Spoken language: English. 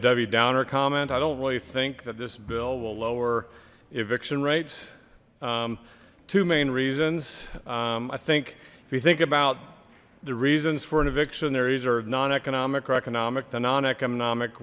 debbie downer comment i don't really think that this bill will lower eviction rates two main reasons i think if you think about the reasons for an eviction there is our non economic or economic